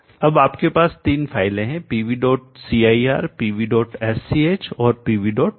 अब आपके पास तीन फाइलें pvcir pvsch और pvsub हैं